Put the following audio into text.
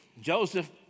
Joseph